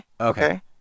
Okay